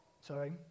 sorry